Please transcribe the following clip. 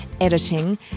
editing